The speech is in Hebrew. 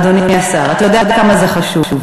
אדוני השר, אתה יודע כמה זה חשוב: